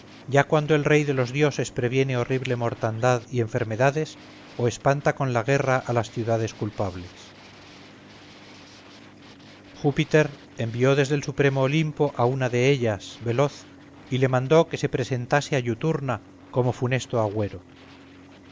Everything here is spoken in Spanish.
ya cuando el rey de los dioses previene horrible mortandad y enfermedades o espanta con la guerra a las ciudades culpables júpiter envió desde el supremo olimpo a una de ellas veloz y le mandó que se presentase a iuturna como funesto agüero